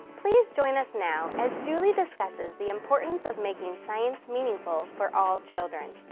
please join us now as julie discusses the importance of making science meaningful for all children.